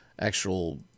actual